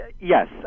Yes